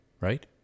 Right